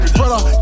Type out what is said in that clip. brother